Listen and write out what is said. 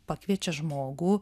pakviečia žmogų